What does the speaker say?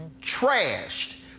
trashed